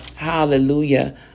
Hallelujah